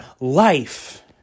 life